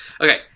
Okay